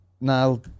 now